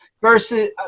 Versus